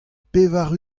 pevar